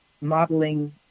modeling